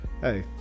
hey